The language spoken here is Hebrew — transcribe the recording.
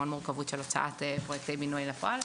המון מורכבות של הוצאת פרויקטים של בינוי לפועל.